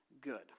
good